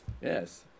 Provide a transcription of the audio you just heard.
Yes